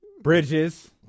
Bridges